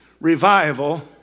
revival